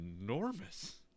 enormous